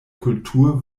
kultur